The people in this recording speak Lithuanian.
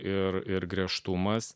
ir ir griežtumas